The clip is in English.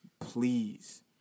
Please